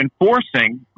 enforcing